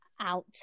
out